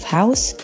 house